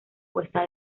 puesta